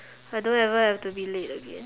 so I don't ever have to be late again